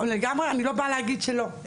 אני לא באה להגיד שלא.